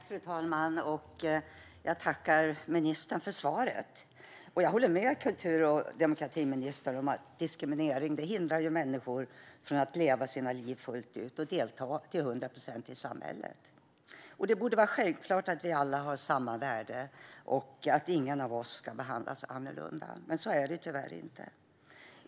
Fru talman! Jag tackar ministern för svaret. Jag håller med kultur och demokratiministern om att diskriminering hindrar människor från att leva sina liv fullt ut och delta till hundra procent i samhället. Det borde vara självklart att vi alla har samma värde och att ingen av oss ska behandlas annorlunda. Men så är det tyvärr inte.